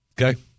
okay